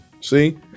See